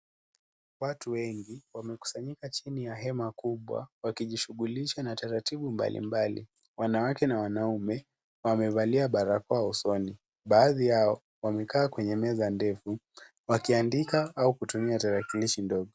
Watu wengi wamekusanyika chini ya hema kubwa wakijishughulisha na taratibu mbalimbali. Wanawake na wanaume wamevalia barakoa usoni. Baadhi yao wamekaa kwenye meza ndefu , wakiandika au kutumia tarakilishi ndogo.